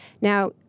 Now